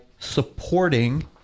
Supporting